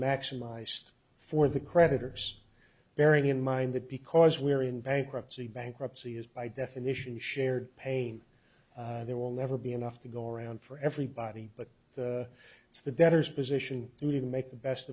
maximized for the creditors bearing in mind that because we're in bankruptcy bankruptcy is by definition shared pain there will never be enough to go around for everybody but it's the better position to make the best